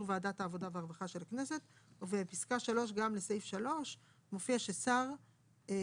ועדת העבודה והרווחה של הכנסת." ופסקה (3) גם לסעיף 3. 3. (3)